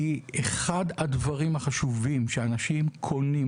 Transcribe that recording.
כי אחד הדברים החשובים שאנשים קונים כשהם קונים